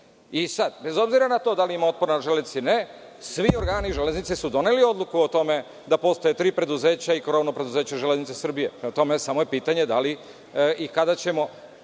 sad, bez obzira na to da li ima otpora na železnici ili ne svi organi železnice su doneli odluku o tome da postoje tri preduzeća i krovno preduzeće „Železnice“ Srbije, prema tome samo je pitanje da li i kada ćemo,